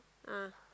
ah